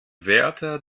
wärter